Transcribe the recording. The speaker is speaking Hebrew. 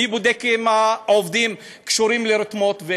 מי בודק אם העובדים קשורים לרתמות?